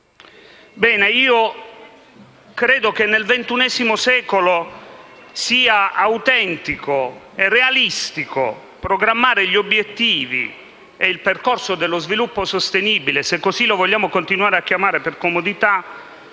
Ebbene, credo che nel XXI secolo sia autentico e realistico programmare gli obiettivi e il percorso dello sviluppo sostenibile - se così lo vogliamo continuare a chiamare per comodità